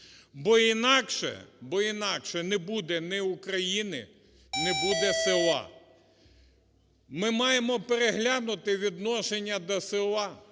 бо інакше не буде ні України, не буде села. Ми маємо переглянути відношення до села.